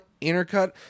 Intercut